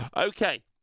okay